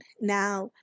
now